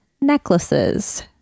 necklaces